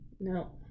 No